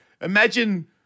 Imagine